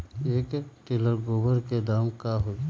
एक टेलर गोबर के दाम का होई?